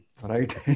right